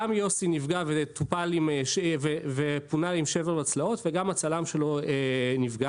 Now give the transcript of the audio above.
גם יוסי נפגע ופונה עם שבר בצלעות וגם הצלם שלו נפגע.